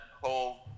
whole